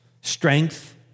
strength